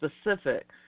specific